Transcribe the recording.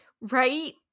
Right